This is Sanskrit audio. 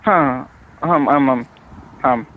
ह हाम् आम् आम् हाम्